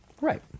Right